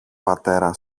πατέρα